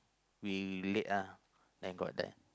we late ah and got the